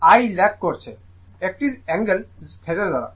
সুতরাং I lag করছে একটি অ্যাঙ্গেল θ দ্বারা